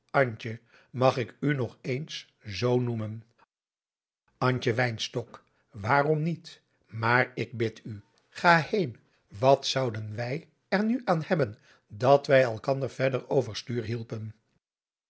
mag ik u nog eens zoo noemen antje wynstok waarom niet maar ik bid u ga heen wat zouden wij er nu aan hebben dat wij elkander verder